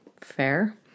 Fair